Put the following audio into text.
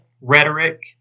rhetoric